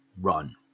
run